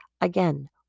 again